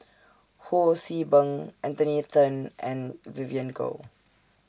Ho See Beng Anthony Then and Vivien Goh